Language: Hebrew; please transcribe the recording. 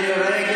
השרה מירי רגב,